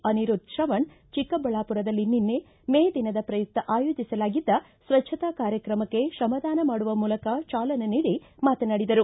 ಅನಿರುದ್ದ್ ಶ್ರವಣ್ ಚಿಕ್ಕಬಳ್ಳಾಪುರದಲ್ಲಿ ನಿನ್ನೆ ಮೇ ದಿನದ ಪ್ರಯುಕ್ತ ಆಯೋಜಿಸಲಾಗಿದ್ದ ಸ್ವಜ್ಞತಾ ಕಾರ್ಯಕ್ರಮಕ್ಕೆ ಶ್ರಮದಾನ ಮಾಡುವ ಮೂಲಕ ಚಾಲನೆ ನೀಡಿ ಮಾತನಾಡಿದರು